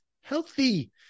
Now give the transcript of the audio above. healthy